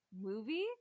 movie